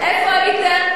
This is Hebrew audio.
איפה הייתם?